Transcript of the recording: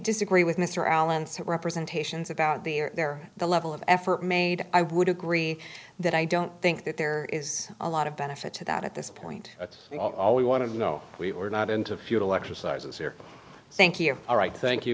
disagree with mr allen so representations about the are there the level of effort made i would agree that i don't think that there is a lot of benefit to that at this point that's all we want to know we were not into futile exercises here thank you all right thank you